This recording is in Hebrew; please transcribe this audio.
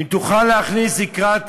אם תוכל להכריז לקראת